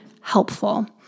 helpful